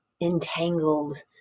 entangled